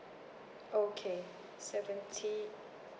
okay seventy